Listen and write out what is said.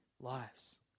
lives